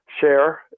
share